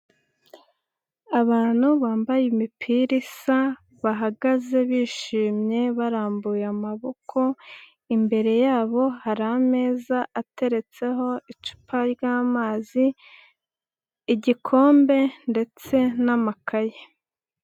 Abantu bambaye imipira isa, bahagaze bishimye barambuye amaboko, imbere yabo hari ameza ateretseho icupa ry'amazi, igikombe ndetse n'amakaye.